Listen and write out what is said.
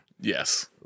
Yes